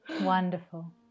Wonderful